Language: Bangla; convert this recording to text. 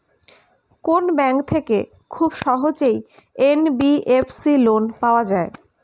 কোন ব্যাংক থেকে খুব সহজেই এন.বি.এফ.সি লোন পাওয়া যায়?